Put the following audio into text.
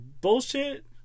bullshit